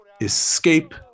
escape